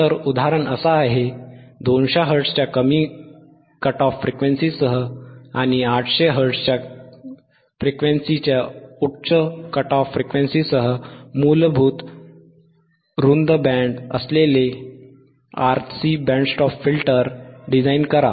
तर उदाहरण असा आहे 200 हर्ट्झच्या कमी कट ऑफ फ्रिक्वेन्सीसह आणि 800 हर्ट्झच्या फ्रिक्वेन्सीच्या उच्च कट ऑफ फ्रिक्वेन्सीसह मूलभूत रुंद बँड असलेला RC band stop filter design करा